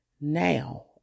now